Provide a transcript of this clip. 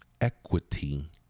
equity